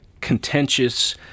contentious